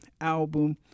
album